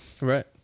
Right